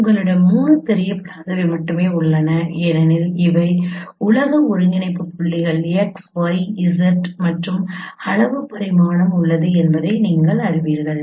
உங்களிடம் 3 தெரியாதவை மட்டுமே உள்ளன ஏனெனில் இவை உலக ஒருங்கிணைப்பு புள்ளிகள் x y z மற்றும் அளவு பரிமாணம் உள்ளது என்பதை நீங்கள் அறிவீர்கள்